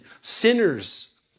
Sinners